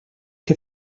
què